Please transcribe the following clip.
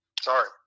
sorry